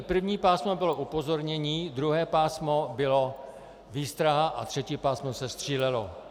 První pásmo bylo upozornění, druhé pásmo bylo výstraha a třetí pásmo se střílelo.